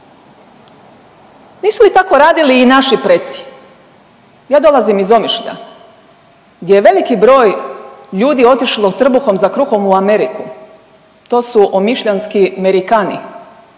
Nisu li tako radili i naši preci? Ja dolazim iz Omišlja gdje je veliki broj ljudi otišlo trbuhom za kruhom u Ameriku, to su Omišljanski Merikani.